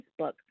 Facebook